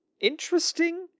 interesting